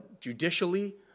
judicially